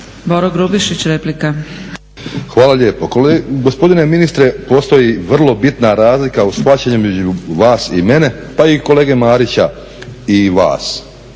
Boro (HDSSB)** Hvala lijepo. Gospodine ministre postoji vrlo bitna razlika u shvaćanju između vas i mene, pa i kolege Marića i vas.